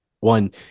One